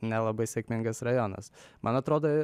nelabai sėkmingas rajonas man atrodo